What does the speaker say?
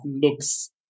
looks